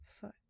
foot